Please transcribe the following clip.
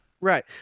Right